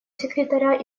секретаря